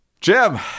Jim